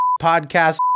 podcast